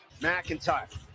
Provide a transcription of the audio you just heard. McIntyre